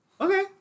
Okay